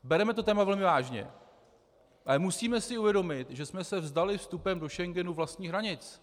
Bereme to téma velmi vážně, ale musíme si uvědomit, že jsme se vzdali vstupem do Schengenu vlastních hranic.